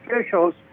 officials